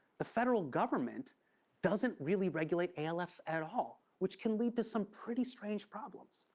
the federal government doesn't really regulate alfs at all, which can lead to some pretty strange problems.